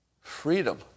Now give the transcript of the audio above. Freedom